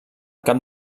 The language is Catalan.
cap